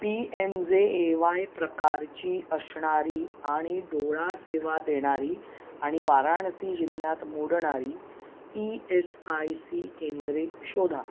P M J A Y प्रकारची असणारी आणि डोळा सेवा देणारी आणि वाराणसी जिल्ह्यात मोडणारी ई एस आय सी केंद्रे शोधा